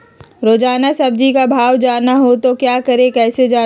रोजाना सब्जी का भाव जानना हो तो क्या करें कैसे जाने?